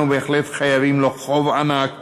אנחנו בהחלט חייבים לו חוב ענק